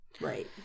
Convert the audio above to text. Right